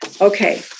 Okay